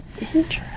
Interesting